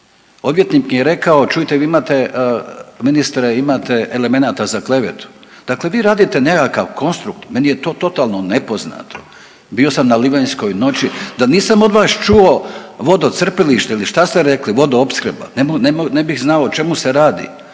Odvjetnik mi je rekao čujte vi imate, ministre imate elemenata za klevetu. Dakle, vi radite nekakav konstruk, meni je to totalno nepoznato. Bio sam na Livanjskoj noći, da nisam od vas čuo vodocrpilište ili šta ste rekli vodoopskrba, ne bih znao o čemu se radi.